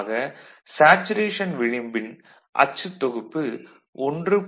ஆக சேச்சுரேஷன் விளிம்பின் அச்சுத் தொகுப்பு 1